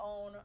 own